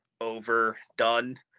overdone